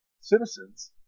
citizens